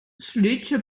слідчі